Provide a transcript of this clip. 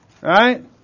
Right